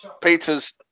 peter's